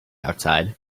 outside